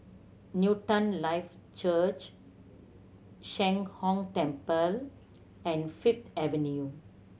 Newton Life Church Sheng Hong Temple and Fifth Avenue